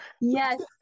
yes